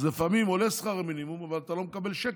אז לפעמים עולה שכר המינימום אבל אתה לא מקבל שקל,